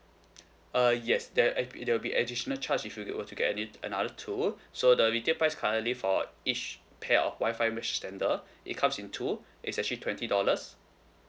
uh yes there ad~ there will be additional charge if you were to get any another two so the retail price currently for each pair of Wi-Fi mesh extender it comes in two it's actually twenty dollars